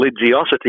religiosity